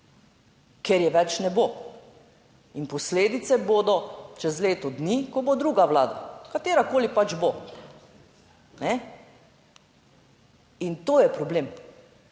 ker je več ne bo. In posledice bodo čez leto dni, ko bo druga vlada, katerakoli pač bo, kajne? In to je problem.